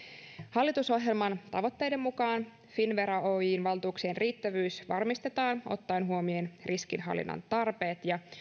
hallitusohjelman tavoitteiden mukaan finnvera oyjn valtuuksien riittävyys varmistetaan ottaen huomioon riskinhallinnan tarpeet ja